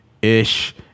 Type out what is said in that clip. ish